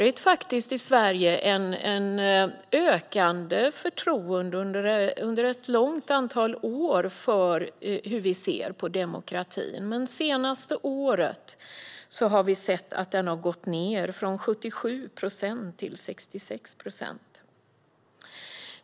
I Sverige har förtroendet för demokratin ökat under ett flertal år. Men det senaste året har vi sett att det har gått ned, från 77 procent till 66 procent.